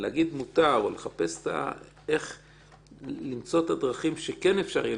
להגיד מותר ולמצוא את הדרכים שכן אפשר יהיה,